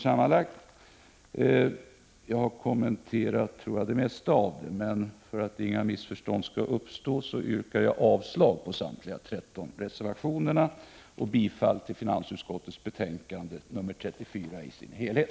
Jag tror att jag har kommenterat de flesta av dem, men för att inget missförstånd skall uppstå yrkar jag avslag på samtliga reservationer och bifall till utskottets hemställan i dess helhet.